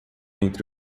entre